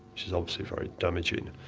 which is obviously very damaging.